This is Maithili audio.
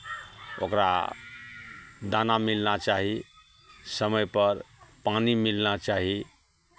ओकरा दाना मिलना चाही समयपर पानि मिलना चाही